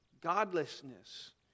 godlessness